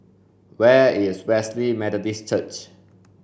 where is Wesley Methodist Church